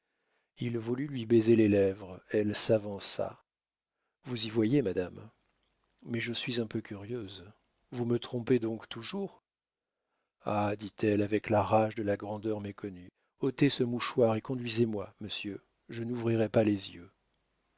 il voulut lui baiser les lèvres elle s'avança vous y voyez madame mais je suis un peu curieuse vous me trompez donc toujours ah dit-elle avec la rage de la grandeur méconnue ôtez ce mouchoir et conduisez-moi monsieur je n'ouvrirai pas les yeux